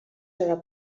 serà